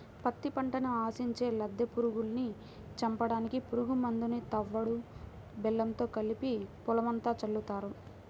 పత్తి పంటని ఆశించే లద్దె పురుగుల్ని చంపడానికి పురుగు మందుని తవుడు బెల్లంతో కలిపి పొలమంతా చల్లుతారు